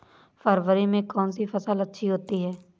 फरवरी में कौन सी फ़सल अच्छी होती है?